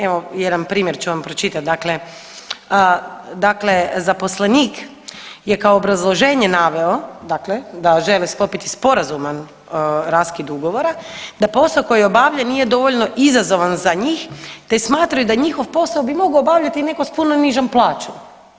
Evo, jedan primjer ću vam pročitati, dakle dakle zaposlenik je kao obrazloženje naveo dakle da želi sklopiti sporazuman raskid ugovora, da posao koji obavlja nije dovoljno izazovan za njih te smatraju da njihov posao bi mogao obavljati i netko s puno nižom plaćom.